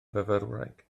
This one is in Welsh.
fyfyrwraig